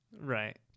right